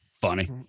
funny